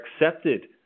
accepted